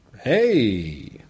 hey